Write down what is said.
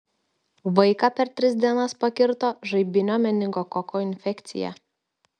vaiką per tris dienas pakirto žaibinio meningokoko infekcija